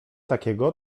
takiego